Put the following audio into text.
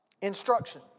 Instruction